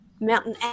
mountain